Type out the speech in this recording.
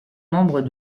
membre